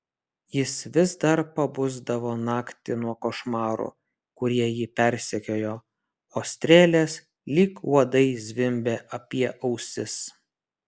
jis vis dar pabusdavo naktį nuo košmarų kurie jį persekiojo o strėlės lyg uodai zvimbė apie ausis